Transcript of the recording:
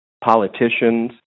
politicians